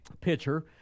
pitcher